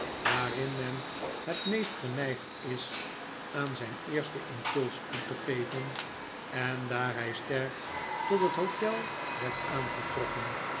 waarin men het meest geneigd is aan zijn eersten impuls toe te geveh en daar hij sterk tot het hotel werd aangetrokken